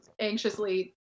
anxiously